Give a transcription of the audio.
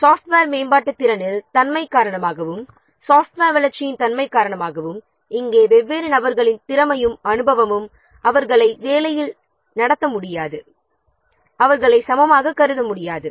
software மேம்பாட்டு திறனின் தன்மை காரணமாகவும் சாஃப்ட்வேர் வளர்ச்சியின் தன்மை காரணமாகவும் வெவ்வேறு நபர்களின் திறமையும் அனுபவமும் வெவ்வேறாக இருப்பதால் அவர்களை வேலையில் சமமாக கருத முடியாது